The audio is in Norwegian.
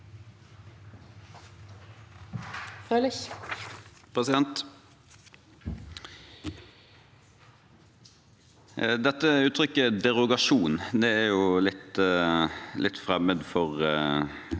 saken): Uttrykket «derogasjon» er litt fremmed for